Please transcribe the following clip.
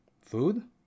food